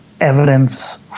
evidence